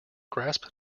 grasp